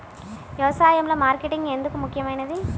వ్యసాయంలో మార్కెటింగ్ ఎందుకు ముఖ్యమైనది?